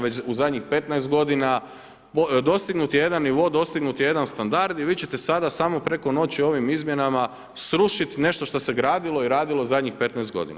Već u zadnjih 15 godina dostignut je jedan nivo, dostignut je jedan standard i vi ćete sada samo preko noći ovim izmjenama srušiti nešto što se gradilo i radilo zadnjih 15 godina.